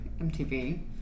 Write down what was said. MTV